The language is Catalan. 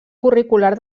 curricular